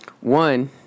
One